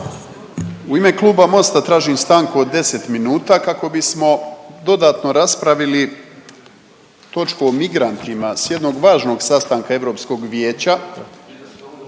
U ime Kluba Mosta tražim stanku od 10 minuta kako bismo dodatno raspravili točku o migrantima s jednog važnog sastanka Europskog vijeća